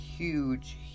Huge